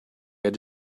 edge